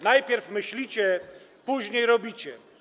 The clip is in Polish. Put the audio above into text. Najpierw myślicie, później robicie.